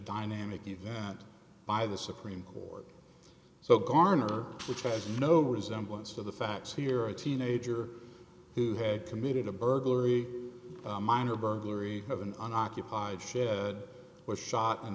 dynamic event by the supreme court so garner which was no resemblance to the facts here a teenager who had committed a burglary minor burglary of an occupied ship was shot in